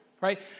right